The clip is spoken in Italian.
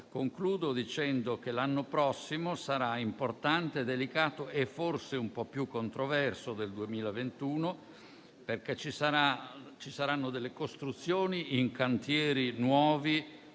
Concludo dicendo che il prossimo anno sarà importante, delicato e forse un po' più controverso del 2021, perché ci saranno costruzioni in cantieri nuovi